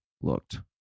looked